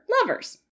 lovers